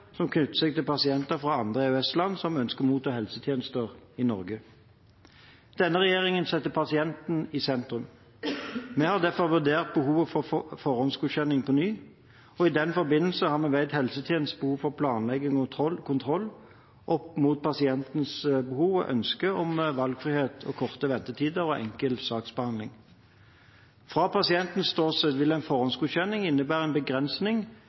som knytter seg til pasienter fra andre EØS-land som ønsker å motta helsetjenester i Norge. Denne regjeringen setter pasienten i sentrum. Vi har derfor vurdert behovet for forhåndsgodkjenning på ny. I den forbindelse har vi veid helsetjenestens behov for planlegging og kontroll opp mot pasientenes behov for og ønske om valgfrihet, korte ventetider og enkel saksbehandling. Fra pasientens ståsted vil en forhåndsgodkjenning innebære en begrensning